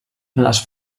les